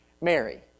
Mary